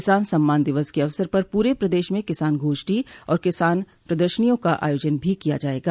किसान सम्मान दिवस के अवसर पर पूरे प्रदेश में किसान गोष्ठी और किसान प्रदर्शनियों का आयोजन भी किया जायेगा